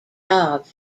jobs